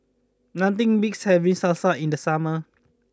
nothing beats having Salsa in the summer